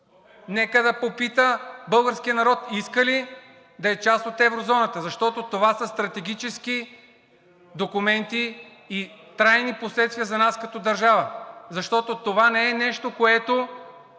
Нека да попита българския народ иска ли да е част от еврозоната, защото това са стратегически документи и трайни последствия за нас като държава, защото това не е нещо, което